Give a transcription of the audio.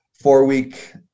four-week